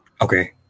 Okay